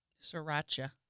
Sriracha